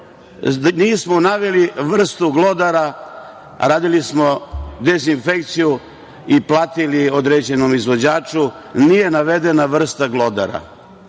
nismo naveli vrstu glodara, a radili smo dezinfekciju i platili određenom izvođaču. Nije navedena vrsta glodara,